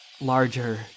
larger